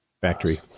Factory